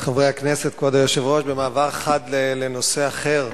חברי הכנסת, כבוד היושב-ראש, במעבר חד לנושא אחר.